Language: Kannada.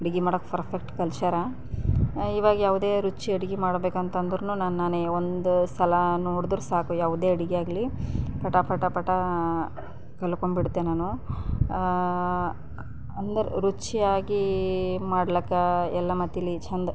ಅಡುಗೆ ಮಾಡೋಕೆ ಫರ್ಫೆಕ್ಟ್ ಕಲಿಸ್ಯಾರ ಇವಾಗ ಯಾವುದೇ ರುಚಿ ಅಡುಗೆ ಮಾಡಬೇಕಂತಂದ್ರೂ ನಾನು ನಾನೇ ಒಂದು ಸಲ ನೋಡಿದ್ರೆ ಸಾಕು ಯಾವುದೇ ಅಡುಗೆ ಆಗಿರಲಿ ಪಟ ಪಟ ಪಟ ಕಲಿತ್ಕೊಂಬಿಡ್ತೆ ನಾನು ಅಂದರೆ ರುಚಿಯಾಗಿ ಮಾಡ್ಲಿಕ್ಕೆ ಎಲ್ಲ ಮತ್ತಿಲ್ಲಿ ಚೆಂದ